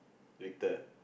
Victor